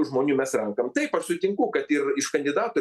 žmonių mes renkam taip aš sutinku kad ir iš kandidatų